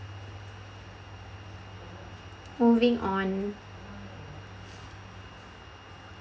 moving on